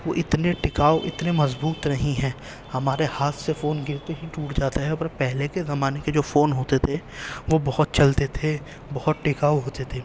وہ اتنے ٹکاؤ اتنے مضبوط نہیں ہیں ہمارے ہاتھ سے فون گرتے ہی ٹوٹ جاتا ہے پر پہلے کے زمانے کے جو فون ہوتے تھے وہ بہت چلتے تھے بہت ٹکاؤ ہوتے تھے